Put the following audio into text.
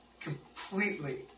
completely